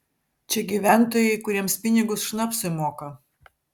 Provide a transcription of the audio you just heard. čia gyventojai kuriems pinigus šnapsui moka